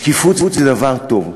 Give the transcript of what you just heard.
שקיפות זה דבר טוב.